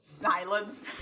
Silence